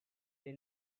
they